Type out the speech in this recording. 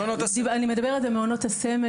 אני מדברת על מעונות הסמל.